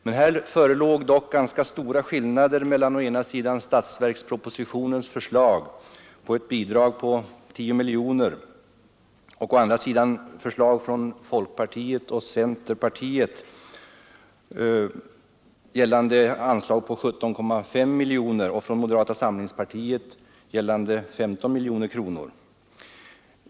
Det förelåg dock ganska stora skillnader mellan å ena sidan statsverkspropositionens förslag om ett bidrag på 10 miljoner och å andra sidan förslag från folkpartiet och centerpartiet gällande anslag på 17,5 miljoner och från moderata samlingspartiet gällande 15 miljoner.